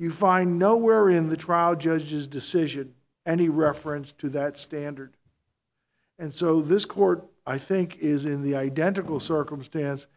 you find no where in the trial judge's decision any reference to that standard and so this court i think is in the identical circumstance